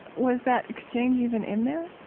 was that exchange even in there?